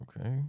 Okay